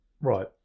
Right